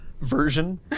version